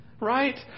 Right